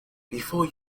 before